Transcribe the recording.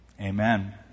Amen